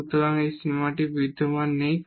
সুতরাং এই সীমাটি বিদ্যমান নেই